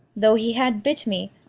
though he had bit me,